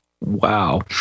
wow